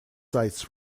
sites